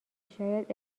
شاید